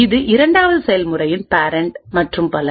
இது இரண்டாவது செயல்முறையின் பேரண்ட் மற்றும் பல